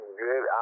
good